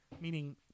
meaning